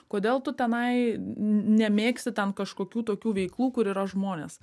kodėl tu tenai nemėgsti ten kažkokių tokių veiklų kur yra žmonės